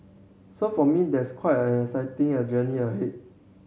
so for me there's quite a exciting a journey ahead